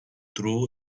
threw